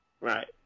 Right